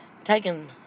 taken